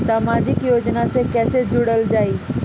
समाजिक योजना से कैसे जुड़ल जाइ?